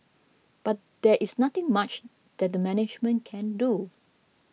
but there is nothing much that the management can do